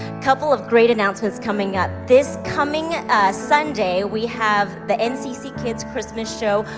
couple of great announcements coming up. this coming sunday, we have the ncc kids christmas show,